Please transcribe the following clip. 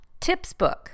tipsbook